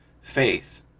faith